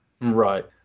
Right